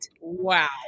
Wow